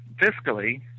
fiscally